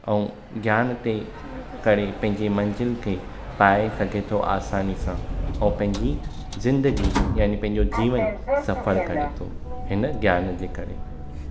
ऐं ज्ञान जे करे पंहिंजे मंज़िल खे पाए सघे थो आसानी सां ऐं पंहिंजी जिंदगी यानी पंहिंजो जीवनु सफ़लु करे थो हिन ज्ञान जे करे